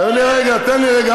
תן לי רגע, תן לי רגע.